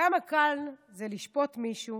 כמה קל זה לשפוט מישהו